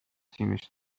سیمش